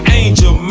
angel